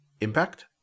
Impact